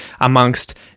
amongst